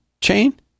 chain